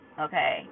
Okay